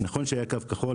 נכון שהיה קו כחול,